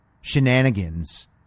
shenanigans